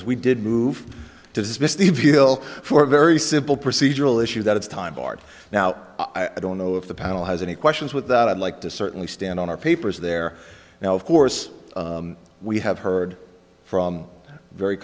will for a very simple procedural issue that it's time barred now i don't know if the panel has any questions with that i'd like to certainly stand on our papers there now of course we have heard from very